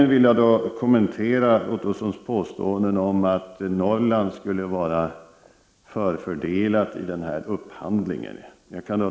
Jag vill slutligen kommentera Roy Ottossons påståenden om att Norrland skulle vara förfördelat i upphandlingen.